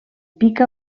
pica